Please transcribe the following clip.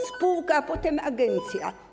Spółka, a potem agencja.